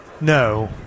No